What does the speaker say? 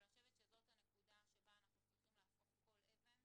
אבל אני חושבת שזאת הנקודה שבה אנחנו צריכים להפוך כל אבן